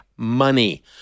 Money